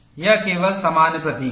यह केवल सामान्य प्रतीक है